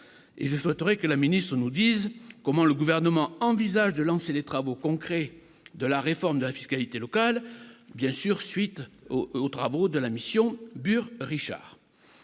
je souhaiterais que le ministre nous dise comment le gouvernement envisage de lancer les travaux concrets de la réforme de la fiscalité locale, bien sûr, suite aux travaux de la mission Richard